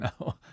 No